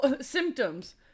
Symptoms